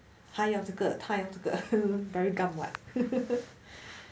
他要这个他要这个 very gam [what]